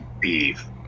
beef